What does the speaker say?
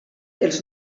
els